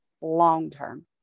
long-term